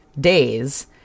days